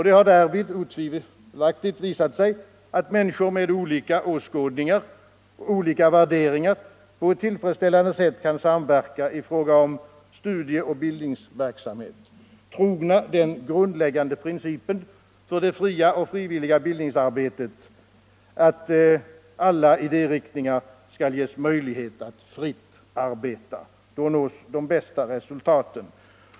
Det har därvid otvivelaktigt visat sig att människor med olika åskådningar och värderingar på ett tillfredsställande sätt kan samverka i fråga om studieoch bildningsverksamhet, trogna den grundläggande principen för det fria och frivilliga bildningsarbetet att alla idériktningar skall ges möjlighet att fritt arbeta. Då nås de bästa resultaten.